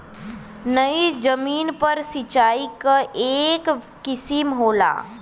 नयी जमीन पर सिंचाई क एक किसिम होला